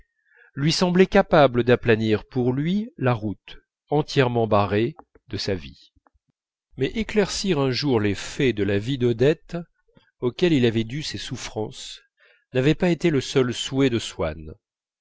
lui semblait capable d'aplanir pour lui la route entièrement barrée de sa vie mais éclaircir un jour les faits de la vie d'odette auxquels il avait dû ces souffrances n'avait pas été le seul souhait de